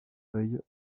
feuilles